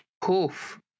Poof